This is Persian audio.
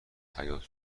حیاط